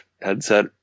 headset